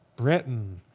britain,